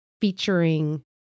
featuring